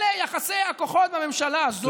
אלה יחסי הכוחות בממשלה הזאת.